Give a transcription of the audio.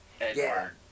edward